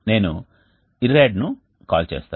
నేను irrad ను call చేస్తాను